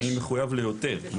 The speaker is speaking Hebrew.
אני מחויב ליותר.